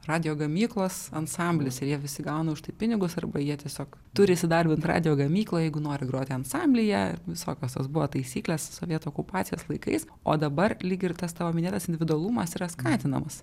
radijo gamyklos ansamblis ir jie visi gauna už tai pinigus arba jie tiesiog turi įsidarbint radijo gamykloj jeigu nori groti ansamblyje ir visokios tos buvo taisyklės sovietų okupacijos laikais o dabar lyg ir tas tavo minėtas individualumas yra skatinamas